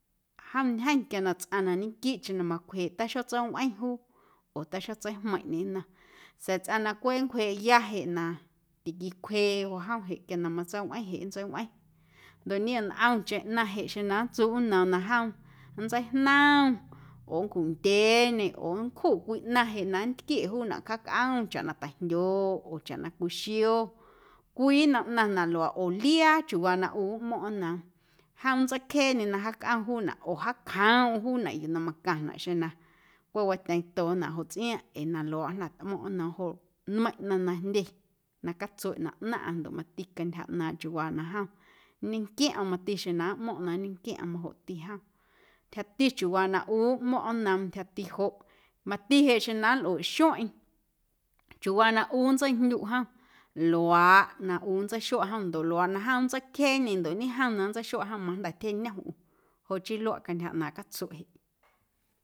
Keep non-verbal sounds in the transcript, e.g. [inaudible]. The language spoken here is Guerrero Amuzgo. Jom ntyjeⁿ quia na tsꞌaⁿ na ñequiiꞌcheⁿ na macwjeeꞌ taxotseiwꞌeⁿ juu oo taxotseijmeiⁿꞌñe nnom sa̱a̱ tsꞌaⁿ na cweꞌ nncwjeeꞌya jeꞌ na tiquicwjeeꞌ joꞌ jom jeꞌ quia na matseiwꞌeⁿ jeꞌ nntseiwꞌeⁿ ndoꞌ niom ntꞌomcheⁿ ꞌnaⁿ jeꞌ xeⁿ na nntsuꞌ nnoom na jom nntseijnom oo nncjuꞌndyeeñe oo nncjuꞌ cwii ꞌnaⁿ jeꞌ na nntquieꞌ juunaꞌ cjaacꞌom chaꞌ na ta̱jndyooꞌ oo chaꞌ na cwii xio cwii nnom ꞌnaⁿ na luaaꞌ oo liaa chiuuwaa na ꞌu nmo̱ⁿꞌ nnoom jom nntseicjeeñe na jaacꞌom juunaꞌ oo jaacjoomꞌm juunaꞌ yuu na macaⁿnaꞌ xeⁿ na cweꞌ watyeeⁿtonaꞌ jo tsꞌiaaⁿꞌ ee na luaaꞌ jnda̱ tmo̱ⁿꞌ nnoom joꞌ nmeiⁿꞌ ꞌnaⁿ na jndye na catsueꞌ na ꞌnaⁿꞌaⁿ ndoꞌ mati cantyja ꞌnaaⁿꞌ chiuuwa na jom nñenquiomꞌm mati xeⁿ na nmo̱ⁿꞌ na nnquiomꞌm majoꞌti jom ntyjati chiuuwaa na ꞌu nmo̱ⁿꞌ nnoom ntyjati joꞌ mati jeꞌ xjeⁿ na nlꞌueꞌ xueⁿꞌeⁿ chiuuwaa na ꞌu nntseijndyuꞌ jom luaaꞌ na ꞌu nntseixuaꞌ jom ndoꞌ na jom nntseicjeeñe ndoꞌ ñejom na nntseixuaꞌ jom majnda̱tyjeꞌñom ꞌu joꞌ chii luaꞌ cantyja ꞌnaaⁿꞌ catsueꞌ jeꞌ. [noise]